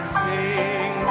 sing